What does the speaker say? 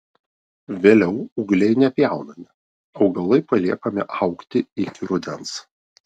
vėliau ūgliai nepjaunami augalai paliekami augti iki rudens